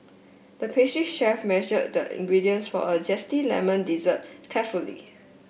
the pastry chef measured the ingredients for a zesty lemon dessert carefully